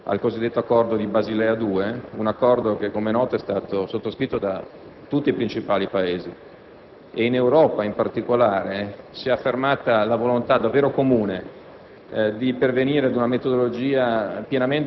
In particolare, vorrei riferirmi al cosiddetto accordo di Basilea 2: un accordo che, come è noto, è stato sottoscritto da tutti i principali Paesi. In Europa, in particolare, si è affermata la volontà davvero comune